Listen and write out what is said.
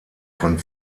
von